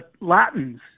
Latins